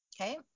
Okay